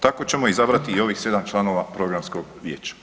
Tako ćemo izabrati i ovih 7 članova programskog vijeća.